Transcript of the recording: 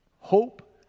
hope